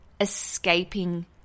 Escaping